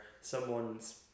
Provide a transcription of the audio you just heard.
someone's